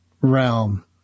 realm